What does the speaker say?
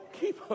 keep